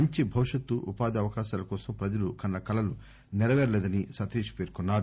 మంచి భవిష్యత్తు ఉపాధి అవకాశాల కోసం ప్రజలు కన్న కలలు నెరవేరలేదని సతీష్ పేర్కొన్నారు